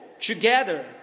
together